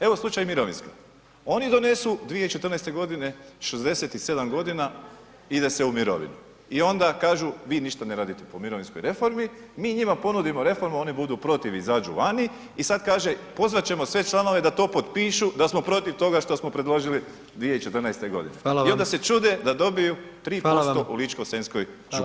Evo slučaj mirovinske, oni donesu 2014. godine 67 godina ide se u mirovinu i onda kažu vi ništa ne radite po mirovinskoj reformi, mi njima ponudimo reformu, oni budu protiv, izađu vani i sad kaže pozvat ćemo sve članove da to potpišu da smo protiv toga što smo predložili 2014. godine [[Upadica: Hvala vam.]] i onda se čude da dobiju 3% u Ličko-senjskoj županiji.